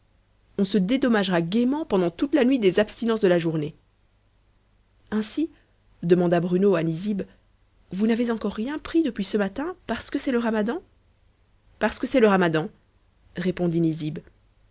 on se dédommagera gaiement pendant toute la nuit des abstinences de la journée ainsi demanda bruno à nizib vous n'avez encore rien pris depuis ce matin parce que c'est le ramadan parce que c'est le ramadan répondit